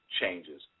changes